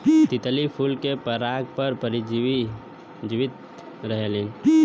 तितली फूल के पराग पर जीवित रहेलीन